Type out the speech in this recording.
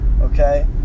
Okay